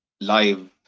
live